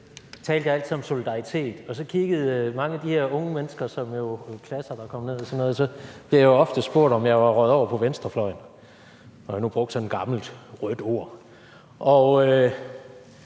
jeg altid om solidaritet, og så kiggede mange af de her unge mennesker, som kom ned – klasser og sådan noget – og så blev jeg jo ofte spurgt, om jeg var røget over på venstrefløjen, når jeg nu brugte sådan et gammelt rødt ord. Så